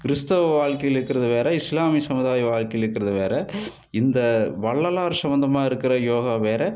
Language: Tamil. கிறிஸ்துவ வாழ்க்கையில் இருக்கிறது வேற இஸ்லாமிய சமுதாய வாழ்க்கையில் இருக்கிறது வேற இந்த வள்ளலார் சம்பந்தமாக இருக்கிற யோகா வேற